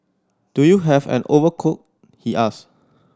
do you have an overcoat he asked